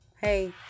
hey